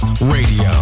Radio